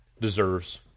deserves